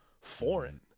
foreign